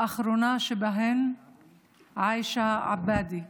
האחרונה שבהן היא עאישה עבאדי,